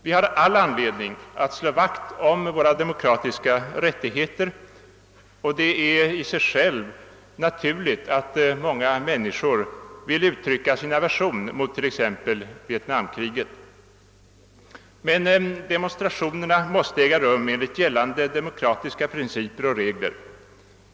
Vi har all anledning att slå vakt om våra demokratiska rättigheter, och det är i sig självt naturligt att många människor vill uttrycka sin aversion mot t.ex. vietnamkriget. Men demonstrationer måste äga rum enligt gällande demokratiska principer och regler.